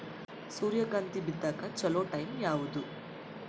ಸೂರ್ಯಕಾಂತಿ ಬಿತ್ತಕ ಚೋಲೊ ಟೈಂ ಯಾವುದು?